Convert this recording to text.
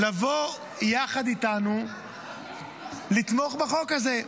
לבוא יחד איתנו לתמוך בחוק הזה.